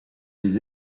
les